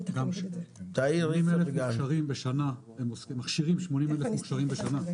הם מכשירים 80,000 הכשרות בשנה.